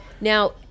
Now